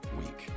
week